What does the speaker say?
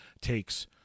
takes